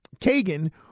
Kagan